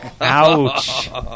Ouch